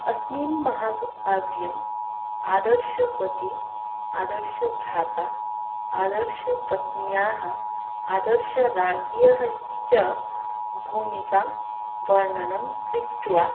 अस्मिन् महाकाव्यम् आदर्शपतिः आदर्शभ्राता आदर्शपत्न्याः आदर्शराज्ञः च भूमिकावर्णनं कृत्वा